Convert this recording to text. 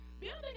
Building